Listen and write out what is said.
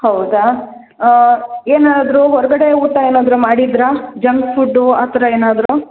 ಹೌದಾ ಏನಾದರೂ ಹೊರಗಡೆ ಊಟ ಏನಾದರೂ ಮಾಡಿದ್ದಿರಾ ಜಂಕ್ ಫುಡ್ ಆ ಥರ ಏನಾದರೂ